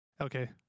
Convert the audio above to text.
Okay